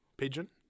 Pigeon